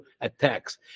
attacks